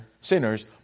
sinners